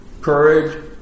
Courage